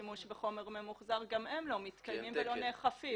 שימוש בחומר ממוחזר - לא מתקיימים ולא נאכפים.